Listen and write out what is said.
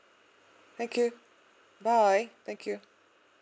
thank you bye thank you